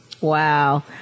Wow